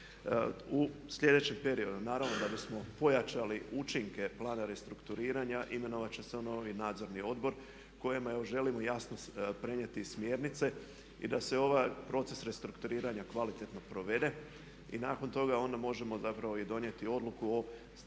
U sljedećem periodu a naravno da bismo pojačali učinke plana restrukturiranja imenovat će se novi Nadzorni odbor kojem evo želimo jasno prenijeti smjernice i da se ovaj proces restrukturiranja kvalitetno provede i nakon toga onda možemo i zapravo donijeti odluku, stratešku